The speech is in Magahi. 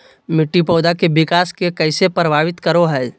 मिट्टी पौधा के विकास के कइसे प्रभावित करो हइ?